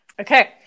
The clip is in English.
Okay